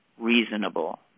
reasonable